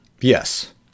Yes